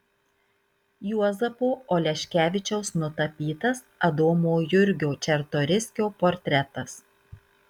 juozapo oleškevičiaus nutapytas adomo jurgio čartoriskio portretas